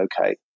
okay